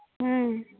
ᱦᱮᱸ